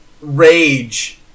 rage